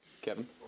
Kevin